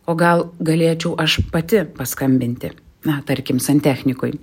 o gal galėčiau aš pati paskambinti na tarkim santechnikui